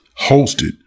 hosted